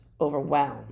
Overwhelmed